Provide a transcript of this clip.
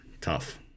Tough